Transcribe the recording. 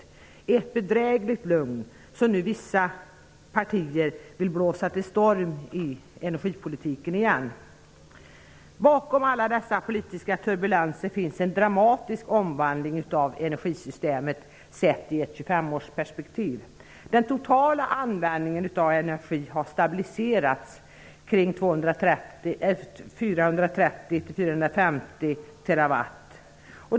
Men det var ett bedrägligt lugn -- nu vill vissa partier blåsa till storm i energipolitiken igen. Bakom alla dessa politiska turbulenser finns en, sett i ett 25-årsperspektiv, dramatisk omvandling av energisystemen. Den totala användningen av energi har stabiliserats kring 430--450 TWh.